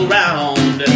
round